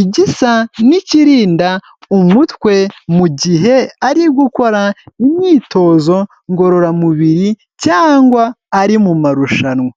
igisa n'ikirinda umutwe mu gihe ari gukora imyitozo ngororamubiri cyangwa ari mu mumarushanwa.